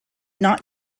not